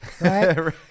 Right